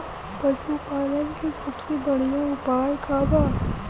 पशु पालन के सबसे बढ़ियां उपाय का बा?